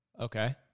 Okay